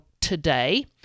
today